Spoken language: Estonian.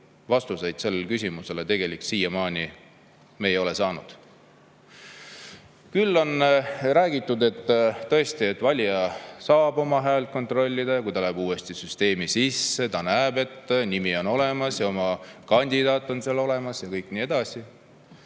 vastuseid sellele küsimusele tegelikult siiamaani ei ole saanud. Küll on räägitud, et tõesti, valija saab oma häält kontrollida, ja kui ta läheb uuesti süsteemi sisse, siis ta näeb, et nimi on olemas ja kandidaat on seal olemas ja kõik nii edasi.